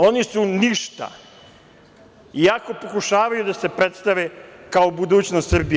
Oni su ništa, iako pokušavaju da se predstave kao budućnost Srbije.